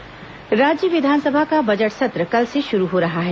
budget सत्र राज्य विधानसभा का बजट सत्र कल से शुरू हो रहा है